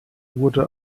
wurde